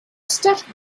stuffed